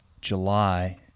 July –